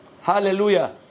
Hallelujah